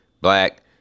black